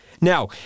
Now